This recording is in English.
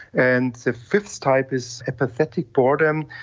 and the fifth type is apathetic boredom.